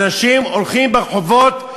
אנשים הולכים ברחובות,